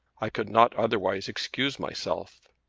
i could not otherwise excuse myself.